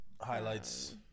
Highlights